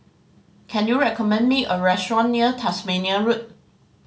can you recommend me a restaurant near Tasmania Road